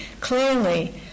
clearly